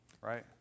right